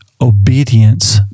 obedience